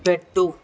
పెట్టు